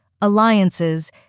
alliances